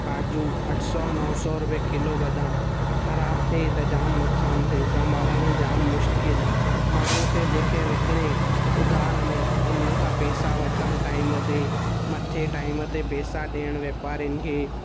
काजू अठ सौ नव सौ रुपये किलो बदाम ख़राबु थिए त जाम नुक़सान थिए संभालणु जाम मुश्किलु माण्हू खे जंहिंखे विकिणे उधार में उन खां पैसा वठणु टाइम ते मथे टाइम ते पैसा ॾियणु वापारिनि खे